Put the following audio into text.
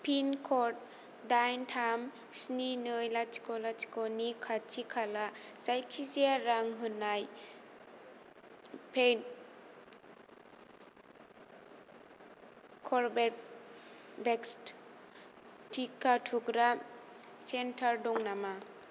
pin code दाइन थाम स्नि नै लाथिख' लाथिख' नि खाथि खाला जायखिजाया रां होनाय पेड कर्वेभेक्स टिका थुग्रा सेन्टार दङ नामा